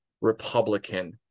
Republican